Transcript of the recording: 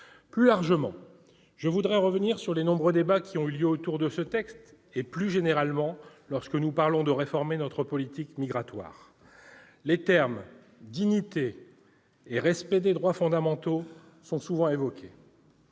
Plus largement, je veux revenir sur les nombreux débats qui ont eu lieu autour de ce texte, et plus généralement, concernant la réforme de notre politique migratoire. Les termes « dignité » et « respect des droits fondamentaux » sont souvent évoqués.